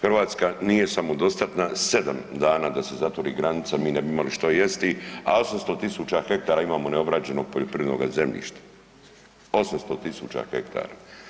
Hrvatska nije samodostatna, 7 dana da se zatvori granica mi ne bi imali što jesti, a 800.000 hektara imamo neobrađenog poljoprivrednoga zemljišta, 800.000 hektara.